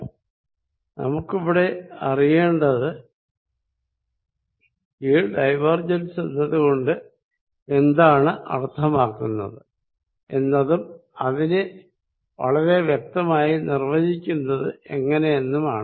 ഇവിടെ നമുക്കറിയേണ്ടത് ഈ ഡൈവർജൻസ് എന്നതുകൊണ്ട് എന്താണ് അർത്ഥമാക്കുന്നത് എന്നതും അതിനെ വളരെ വളരെ വ്യക്തമായി നിർവചിക്കുന്നത് എങ്ങിനെയെന്നുമാണ്